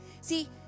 See